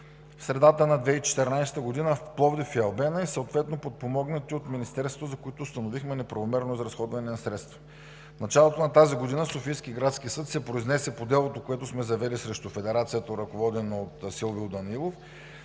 в средата на 2014 г., в Пловдив и Албена и съответно подпомогнати от Министерството, за които установихме неправомерно изразходване на средства. В началото на тази година Софийският градски съд се произнесе по делото, което сме завели срещу Федерацията, ръководена от Силвио Данаилов,